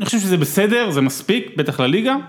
אני חושב שזה בסדר, זה מספיק, בטח לליגה.